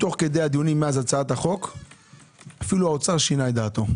תוך כדי הדיונים מאז הצעת החוק אפילו האוצר שינה את דעתו.